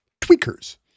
tweakers